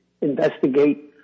investigate